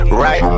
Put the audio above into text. right